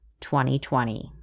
2020